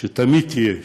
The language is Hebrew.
שתמיד תהיה,